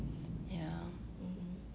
ya